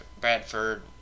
Bradford